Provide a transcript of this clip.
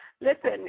Listen